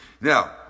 Now